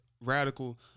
radical